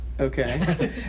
Okay